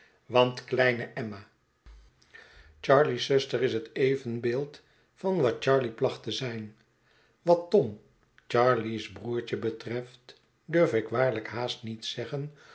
want kleine emma charley's zuster is het evenbeeld van wat charley placht te zijn wat tom charley's broertje betreft durf ik waarlijk haast niet zeggen